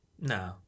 no